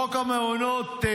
חוק המעונות,